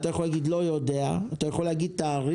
אתה יכול להגיד, לא יודע, אתה יכול להגיד תאריך.